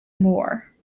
moore